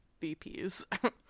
VPs